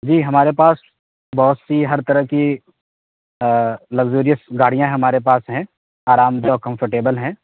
جی ہمارے پاس بہت سی ہر طرح کی لگزریئس گاڑیاں ہمارے پاس ہیں آرامدہ اور کمفرٹیبل ہیں